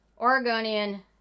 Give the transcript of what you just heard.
oregonian